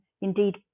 indeed